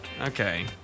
Okay